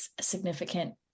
significant